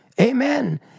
amen